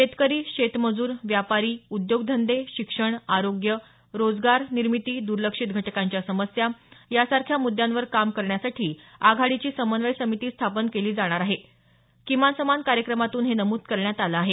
शेतकरी शेतमजूर व्यापारी उद्योगधंदे शिक्षण आरोग्य रोजगार निर्मिती दुर्लक्षित घटकांच्या समस्या यासारख्या मुद्यांवर काम करण्यासाठी आघाडीची समन्वय समिती स्थापन करणार असल्याचं किमान समान कार्यक्रमात नमूद करण्यात आलं आहे